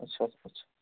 अच्छा अच्छा